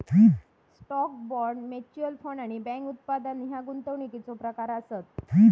stock, bond, mutual fund आणि bank उत्पादना ह्या गुंतवणुकीचो प्रकार आसत